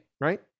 right